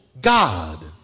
God